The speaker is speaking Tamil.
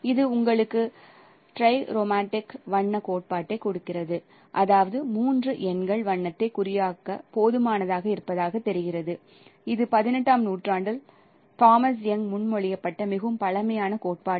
இது உங்களுக்கு ட்ரைக்ரோமடிக் வண்ணக் கோட்பாட்டைக் கொடுக்கிறது அதாவது மூன்று எண்கள் வண்ணத்தை குறியாக்க போதுமானதாக இருப்பதாகத் தெரிகிறது இது 18 ஆம் நூற்றாண்டில் தாமஸ் யங் னால் முன்மொழியப்பட்ட மிகவும் பழைய கோட்பாடு